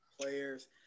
players